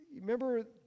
Remember